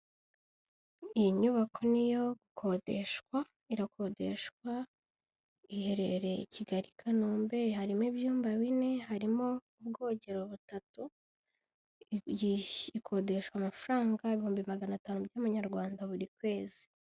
Iyi nyubako ni iyo gukodeshwa irakodeshwa iherereye i Kigali i Kanombe harimo ibyumba bine, harimo ubwogero butatu, ikodeshwa amafaranga ibihumbi magana atanu by'amanyarwanda buri kwezi.